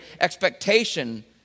expectation